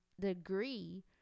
degree